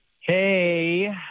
Hey